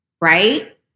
right